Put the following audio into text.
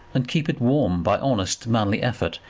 and keep it warm by honest manly effort,